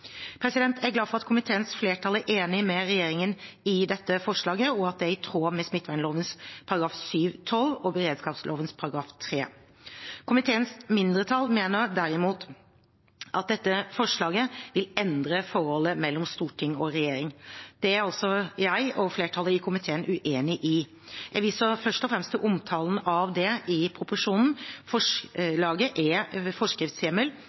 Jeg er glad for at komiteens flertall er enig med regjeringen i dette forslaget, og at det er i tråd med smittevernloven § 7-12 og beredskapsloven § 3. Komiteens mindretall mener derimot at dette forslaget vil endre forholdet mellom storting og regjering. Det er altså jeg og flertallet i komiteen uenig i. Jeg viser først og fremst til omtalen av dette i proposisjonen. Forslaget til forskriftshjemmel